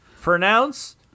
pronounce